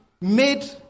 made